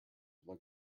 will